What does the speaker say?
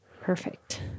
Perfect